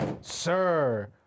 Sir